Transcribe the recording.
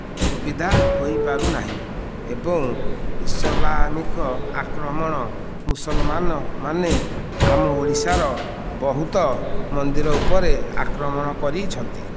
ସୁବିଧା ହୋଇପାରୁନାହିଁ ଏବଂ ଇସଲାମିକ ଆକ୍ରମଣ ମୁସଲମାନ ମାନେ ଆମ ଓଡ଼ିଶାର ବହୁତ ମନ୍ଦିର ଉପରେ ଆକ୍ରମଣ କରିଛନ୍ତି